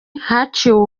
haciwe